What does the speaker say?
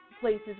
places